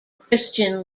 christian